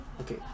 Okay